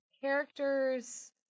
characters